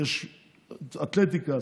יש אתלטיקה,